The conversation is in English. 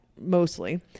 Mostly